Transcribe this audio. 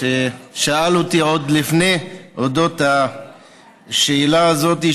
ששאל אותי עוד לפני את השאילתה הזאת,